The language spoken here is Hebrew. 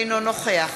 אינו נוכח